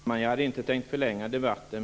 Fru talman! Jag hade inte tänkt förlänga debatten.